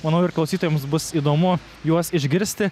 manau ir klausytojams bus įdomu juos išgirsti